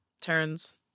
turns